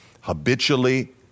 habitually